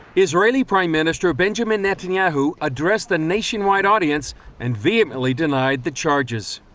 israeli prime minister benjamin netanyahu addressed the nationwide audience and vehemently denied the charges.